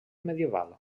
medieval